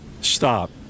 Stop